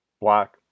black